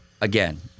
again